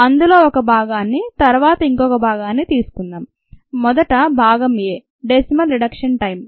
అందులో ఒక భాగాన్ని తర్వాత ఇంకొక భాగాన్ని తీసుకుందాం భాగం a"డెసిమల్ రిడక్షన్ టైం"